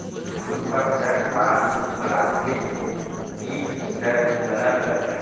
सूपा हर बांस, पलास्टिक, टीग कर बनल रहथे